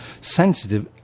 sensitive